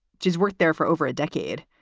she's worked there for over a decade.